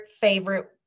favorite